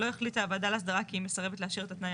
לא החליטה הוועדה להסדרה כי היא מסרבת לאשר את התנאי